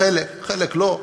בחלק, בחלק לא.